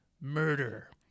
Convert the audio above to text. murder